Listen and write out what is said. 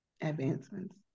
advancements